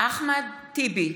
מתחייב אני אחמד טיבי,